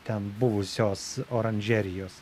ten buvusios oranžerijos